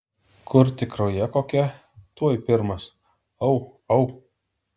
kur tik ruja kokia tuoj pirmas au au